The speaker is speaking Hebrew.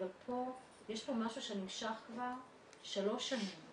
אבל פה יש פה משהו שנמשך כבר שלוש שנים